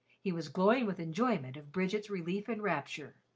he was glowing with enjoyment of bridget's relief and rapture.